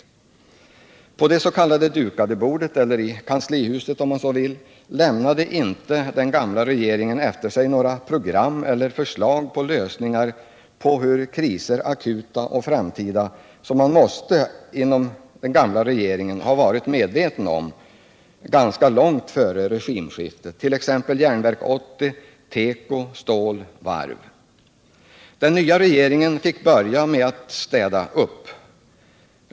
Varken på det s.k. dukade bordet eller i kanslihuset, om man så vill, lämnade den gamla regeringen efter sig några program eller förslag till lösningar på de kriser — akuta och framtida — som den gamla regeringen måste ha varit medveten om ganska långt före regimskiftet, t.ex. teko, stål och varv. Den nya regeringen fick börja med att städa upp.